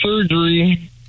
surgery